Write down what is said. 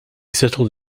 settled